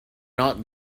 not